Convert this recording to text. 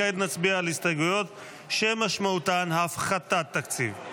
כעת נצביע על הסתייגויות שמשמעותן הפחתת תקציב.